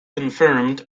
confirmed